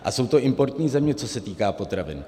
A jsou to importní země, co se týká potravin.